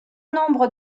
nombre